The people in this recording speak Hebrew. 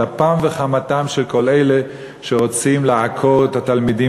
על אפם וחמתם של כל אלה שרוצים לעקור את התלמידים